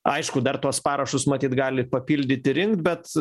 aišku dar tuos parašus matyt gali papildyt ir rinkt bet